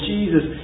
Jesus